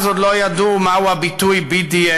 אז עוד לא ידעו מהו הביטוי BDS,